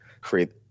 create